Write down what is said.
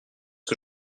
que